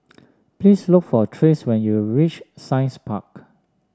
please look for Trace when you reach Science Park